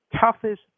toughest